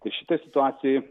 ir šitoj situacijoj